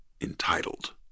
entitled